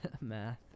math